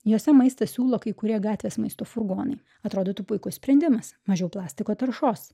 jose maistą siūlo kai kurie gatvės maisto furgonai atrodytų puikus sprendimas mažiau plastiko taršos